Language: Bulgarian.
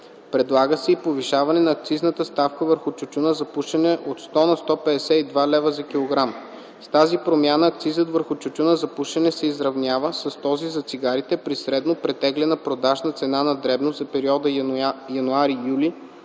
Предлага се и повишаване на акцизната ставка върху тютюна за пушене от 100 на 152 лв. за килограм. С тази промяна акцизът върху тютюна за пушене се изравнява с този за цигарите при средно претеглена продажна цена на дребно за периода януари - юли